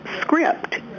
script